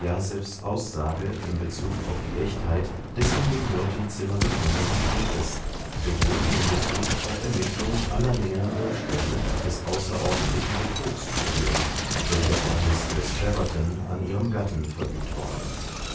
aussage in bezug auf die echtheit des in dem myrtenzimmer gefundenen briefes sowohl wie in bezug auf ermittelung aller näheren umstände des außerordentlichen betrugs zu hören welcher von mistreß treverton an ihrem gatten verübtworden